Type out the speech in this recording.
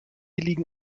liegen